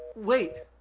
wait!